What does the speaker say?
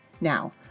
Now